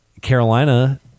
Carolina